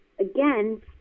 Again